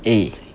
a